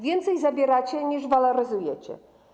Więcej zabieracie, niż waloryzujecie.